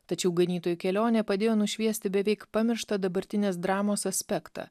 tačiau ganytojų kelionė padėjo nušviesti beveik pamirštą dabartinės dramos aspektą